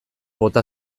bota